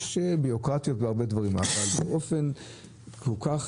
יש בירוקרטיה בהרבה דברים אבל אופן כל כך